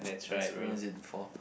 experienced it before